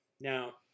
now